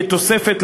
כתוספת,